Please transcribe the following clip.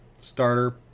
starter